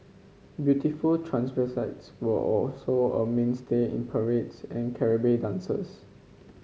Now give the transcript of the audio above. beautiful were also a mainstay in parades and dances